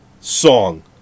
song